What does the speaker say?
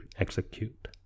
execute